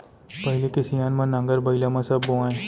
पहिली के सियान मन नांगर बइला म सब बोवयँ